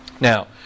Now